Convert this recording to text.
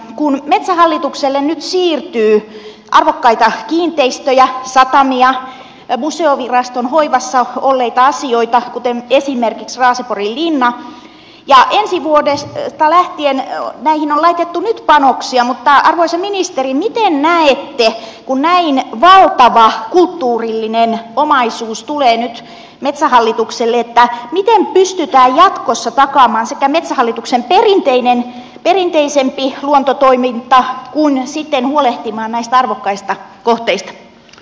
kun metsähallitukselle nyt siirtyy arvokkaita kiinteistöjä satamia museoviraston hoivassa olleita asioita kuten esimerkiksi raaseporin linna ja ensi vuodesta lähtien näihin on laitettu nyt panoksia niin arvoisa ministeri miten näette kun näin valtava kulttuurillinen omaisuus tulee nyt metsähallitukselle että pystytään jatkossa sekä takaamaan metsähallituksen perinteisempi luontotoiminta että sitten huolehtimaan näistä arvokkaista kohteista